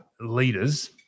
leaders